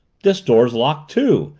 this door's locked, too!